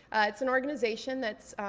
it's an organization that